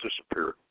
disappeared